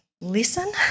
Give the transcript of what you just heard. listen